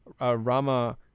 Rama